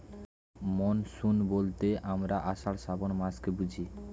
monsoon বলতে আমরা আষাঢ়, শ্রাবন মাস বুঝি